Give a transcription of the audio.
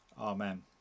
Amen